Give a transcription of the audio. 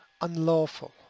Unlawful